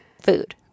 food